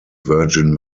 virgin